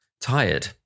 tired